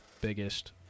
biggest